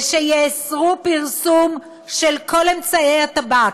ויאסרו פרסום של כל אמצעי הטבק,